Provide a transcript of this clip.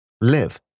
live